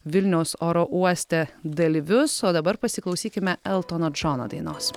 vilniaus oro uoste dalyvius o dabar pasiklausykime eltono džono dainos